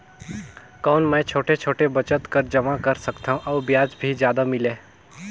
कौन मै छोटे छोटे बचत कर जमा कर सकथव अउ ब्याज भी जादा मिले?